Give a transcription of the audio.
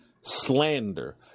slander